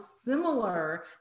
similar